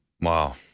Wow